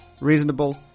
reasonable